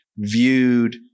viewed